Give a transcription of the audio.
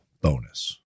bonus